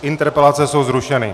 Interpelace jsou zrušeny.